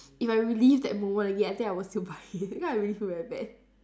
if I relive that moment again I think I will still buy it because I really feel very bad